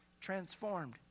transformed